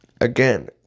again